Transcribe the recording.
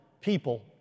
people